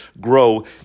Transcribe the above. grow